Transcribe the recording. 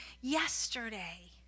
yesterday